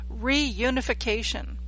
reunification